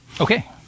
Okay